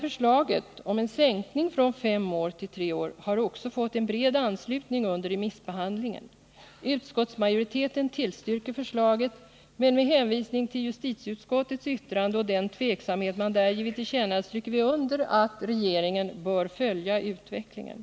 Förslaget om en sänkning från fem år till tre år har också fått en bred anslutning under remissbehandlingen. Utskottsmajoriteten tillstyrker förslaget men med hänvisning till den tveksamhet som justitieutskottet givit till känna i sitt yttrande stryker vi under att regeringen bör följa utvecklingen.